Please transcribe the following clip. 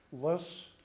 less